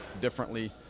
differently